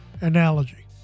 analogy